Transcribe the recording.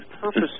purpose